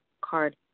card